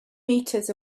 meters